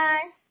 Bye